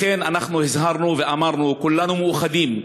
לכן אנחנו הזהרנו ואמרנו: כולנו מאוחדים,